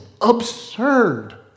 absurd